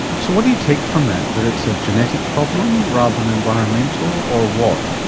so what do you take from that, that it's a genetic problem rather than environmental or what?